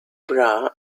bra